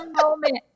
moment